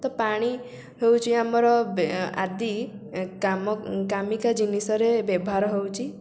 ତ ପାଣି ହେଉଛି ଆମର ଆଦି କାମ କାମିକା ଜିନିଷରେ ବ୍ୟବହାର ହେଉଛି